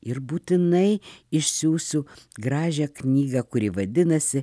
ir būtinai išsiųsiu gražią knygą kuri vadinasi